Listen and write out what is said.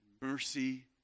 mercy